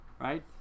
right